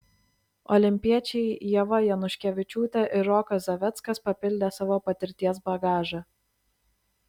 olimpiečiai ieva januškevičiūtė ir rokas zaveckas papildė savo patirties bagažą